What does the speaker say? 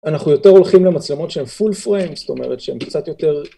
אנחנו יותר הולכים למצלמות שהן full frame, זאת אומרת שהן קצת יותר...